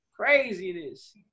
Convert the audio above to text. craziness